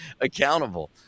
accountable